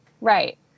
Right